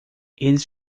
eles